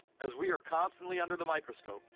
as we are constantly under the microscope,